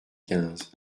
quinze